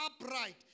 upright